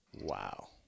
Wow